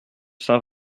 saint